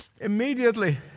immediately